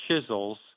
chisels